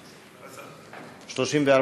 34,